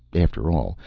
after all,